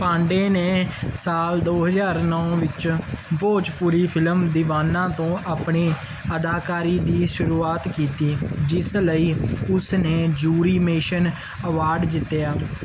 ਪਾਂਡੇ ਨੇ ਸਾਲ ਦੋ ਹਜ਼ਾਰ ਨੌ ਵਿੱਚ ਭੋਜਪੁਰੀ ਫ਼ਿਲਮ ਦੀਵਾਨਾ ਤੋਂ ਆਪਣੀ ਅਦਾਕਾਰੀ ਦੀ ਸ਼ੁਰੂਆਤ ਕੀਤੀ ਜਿਸ ਲਈ ਉਸ ਨੇ ਜੂਰੀ ਮੈਂਸ਼ਨ ਅਵਾਰਡ ਜਿੱਤਿਆ